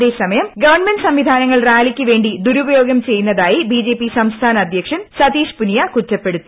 അതേസമയം ഗവൺമെന്റ് സംവിധാനങ്ങൾ റാലിക്കുവേണ്ടി ദുരുപയോഗം ചെയ്യുന്നതായി ബിജെപി സംസ്ഥാന അധ്യക്ഷൻ സതീഷ് പുനിയ കുറ്റപ്പെടുത്തി